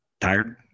Tired